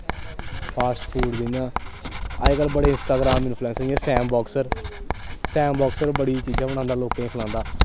fast food जियां अज्जकल बड़े इंस्ट्राग्राम इंफल्यूसर जियां सेम बोक्सर सेम बोक्सर बड़ी चीजां बनांदा लोकें गी खलांदा